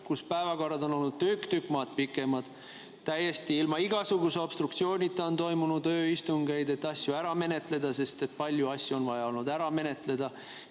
kus päevakorrad on olnud tükk-tükk maad pikemad. Täiesti ilma igasuguse obstruktsioonita on toimunud ööistungeid, et asju ära menetleda, sest palju asju on vaja olnud ära menetleda.